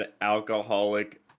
alcoholic